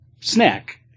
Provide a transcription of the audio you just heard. snack